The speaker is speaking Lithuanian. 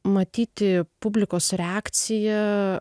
matyti publikos reakciją